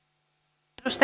arvoisa